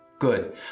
Good